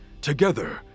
Together